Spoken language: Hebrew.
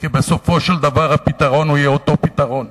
כי בסופו של דבר הפתרון יהיה אותו פתרון,